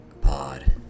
pod